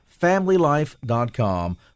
FamilyLife.com